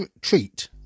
treat